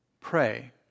pray